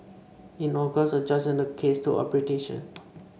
in August a judge sent the case to arbitration